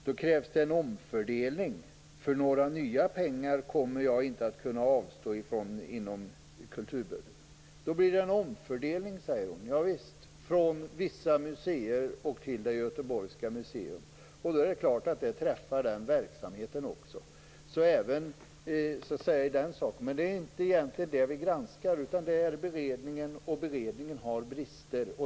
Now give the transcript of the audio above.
Då krävs det en omfördelning, för några nya pengar kommer jag inte att kunna avstå inom kulturbudgeten." Då blir det en omfördelning, säger hon. Javisst, från vissa museer till det göteborgska museet. Det är klart att det träffar verksamheten också. Men det är egentligen inte det vi granskar, utan det är beredningen, och beredningen har brister.